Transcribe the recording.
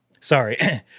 Sorry